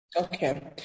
Okay